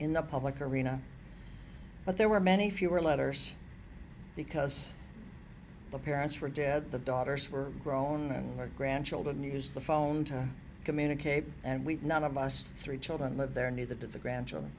in the public arena but there were many fewer letters because the parents were dead the daughters were grown and their grandchildren use the phone to communicate and we none of us three children live there neither did the grandchildren